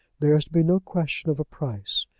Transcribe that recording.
there is to be no question of a price.